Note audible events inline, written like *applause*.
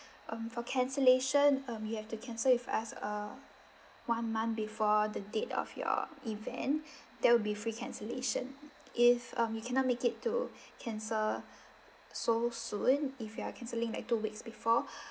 um for cancellation um you have to cancel with us err one month before the date of your event then will be free cancellation if um you cannot make it to cancel so soon if you are cancelling like two weeks before *breath*